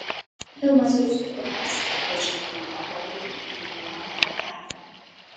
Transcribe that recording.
filmas jau sukurtas tačiau dauguma pokalbių į filmą nepateko